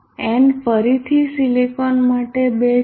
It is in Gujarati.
n ફરીથી સિલિકોન માટે 2 છે